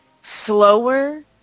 slower